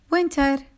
Winter